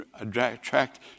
attract